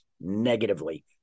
negatively